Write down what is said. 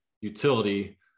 utility